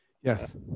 Yes